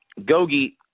Gogi